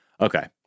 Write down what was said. okay